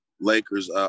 Lakers